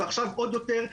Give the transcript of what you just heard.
ועכשיו עוד יותר,